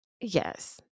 Yes